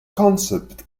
concept